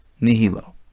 nihilo